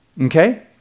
Okay